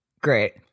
Great